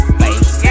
face